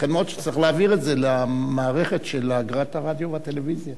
ייתכן מאוד שצריך להעביר את זה למערכת של אגרת הרדיו והטלוויזיה.